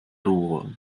tuvo